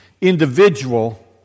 individual